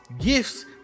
gifts